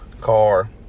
car